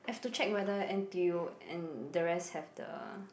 have to check whether N_T_U and the rest have the